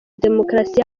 demokarasi